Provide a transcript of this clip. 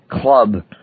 club